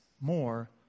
more